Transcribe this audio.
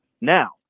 now